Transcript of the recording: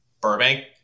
Burbank